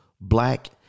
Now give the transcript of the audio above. Black